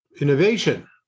innovation